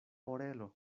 orelo